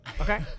okay